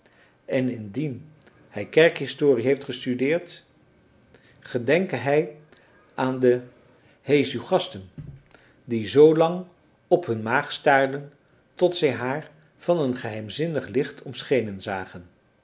en indien hij kerkhistorie heeft gestudeerd gedenke hij aan de hesuchasten die zoo lang op hun maag staarden tot zij haar van een geheimzinnig licht omschenen zagen